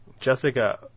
Jessica